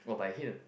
oh but I hate it